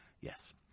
Yes